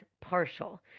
partial